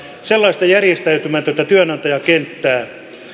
sellaista järjestäytymätöntä työnantajakenttää